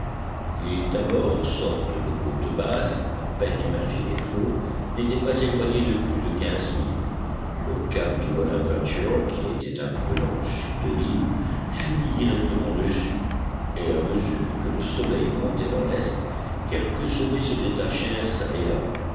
l'île tabor sorte de côte basse à peine émergée des flots n'était pas éloignée de plus de quinze milles le cap du bonadventure qui était un peu dans le sud de l'île fut mis directement dessus et à mesure que le soleil montait dans l'est quelques sommets se détachèrent çà et là